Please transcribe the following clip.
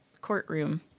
courtroom